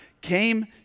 came